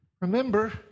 Remember